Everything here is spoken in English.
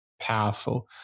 powerful